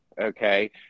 Okay